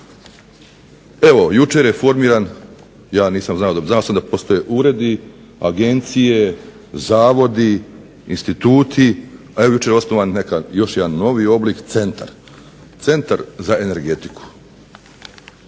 Evo jučer je formiran, ja nisam znamo znao sam da postoje uredi, agencije, zavodi, instituti, a jučer je osnovan novi oblik centar. Centar za energetiku.